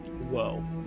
Whoa